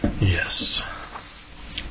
Yes